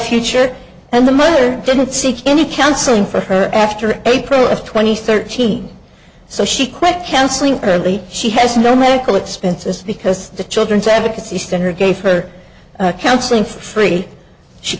future and the mother didn't seek any counseling for her after april of twenty thirteen so she quit counseling early she has no medical expenses because the children's advocacy center gave her counseling for free she